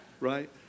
right